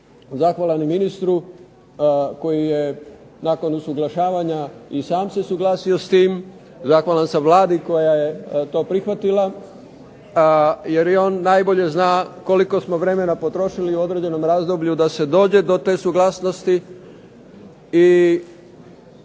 zahvalan ministru koji je nakon usuglašavanja i sam se suglasio s tim, zahvalan sam Vladi koja je to prihvatila jer je i on najbolje zna koliko smo vremena potrošili u određenom razdoblju da se dođe do te suglasnosti.